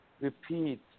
repeat